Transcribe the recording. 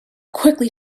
quickly